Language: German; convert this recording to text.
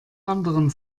anderen